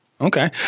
okay